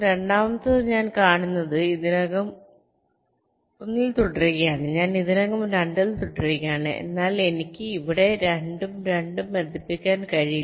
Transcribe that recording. രണ്ടാമത്തേത് ഞാൻ കാണുന്നത് ഞാൻ ഇതിനകം 1 ൽ തുടരുകയാണ് ഞാൻ ഇതിനകം 2 ൽ തുടരുകയാണ് എന്നാൽ എനിക്ക് ഇവിടെ 2 ഉം 2 ഉം ബന്ധിപ്പിക്കാൻ കഴിയില്ല